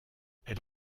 elle